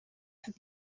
have